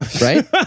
right